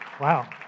Wow